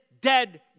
dead